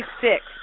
six